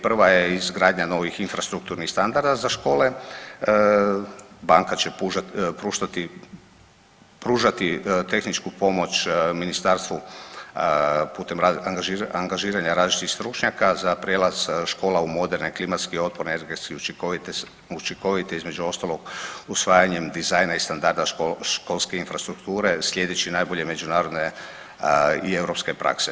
Prva je izgradnja novih infrastrukturnih standarda za škole, banka će pružati tehničku pomoć ministarstvu putem angažiranja različitih stručnjaka za prijelaz škola u moderne klimatski otporne i energetski učinkovite, učinkovite između ostalog usvajanjem dizajna i standarda školske infrastrukture slijedeći najbolje međunarodne i europske prakse.